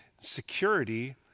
security